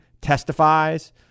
testifies